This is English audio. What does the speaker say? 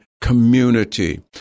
community